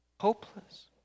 Hopeless